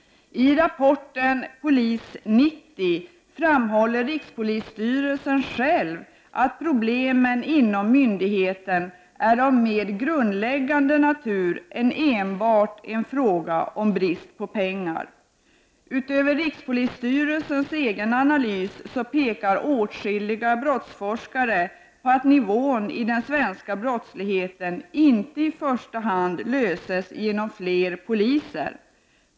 I rapporten Polis 90 framhåller rikspolisstyrelsen att problemen inom myndigheten är av mer grundläggande natur än enbart en brist på pengar. Utöver rikspolisstyrelsens egen analys pekar åtskilliga brottforskare på att problemet med den svenska brottslighetens nivå inte i första hand löses genom fler poliser.